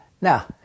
Now